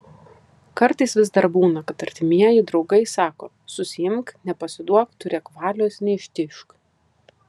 kartais vis dar būna kad artimieji draugai sako susiimk nepasiduok turėk valios neištižk